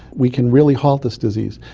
we can really halt this disease.